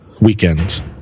weekend